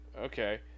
Okay